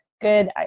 Good